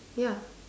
ya